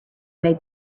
made